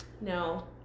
No